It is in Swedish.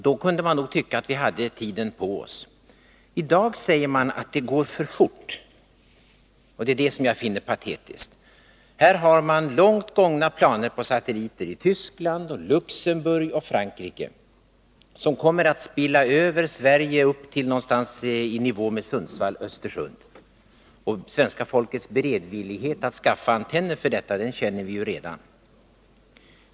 Då kunde man nog tycka att vi hade tiden på oss. I dag säger man att det går för fort. Det är det som jag finner patetiskt. Man har långt gångna planer på satelliter i Tyskland, Luxemburg och Frankrike, som kommer att ”spilla över” Sverige upp till någonstans i nivå med Sundsvall-Östersund. Svenska folkets beredvillighet att skaffa antenner för detta känner vi till.